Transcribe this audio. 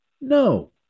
No